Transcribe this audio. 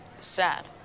Sad